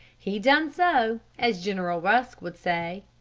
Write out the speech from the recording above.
he done so, as general rusk would say.